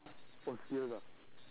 oh serious ah